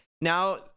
now